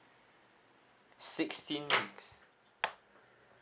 sixteen weeks